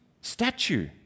statue